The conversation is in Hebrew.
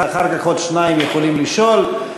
ואחר כך עוד שניים יכולים לשאול,